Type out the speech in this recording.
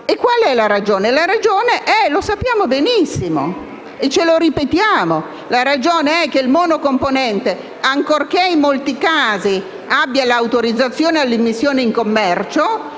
e ce lo ripetiamo. La ragione è che il monocomponente, ancorché in molti casi abbia l'autorizzazione all'immissione in commercio,